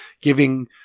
giving